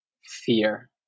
fear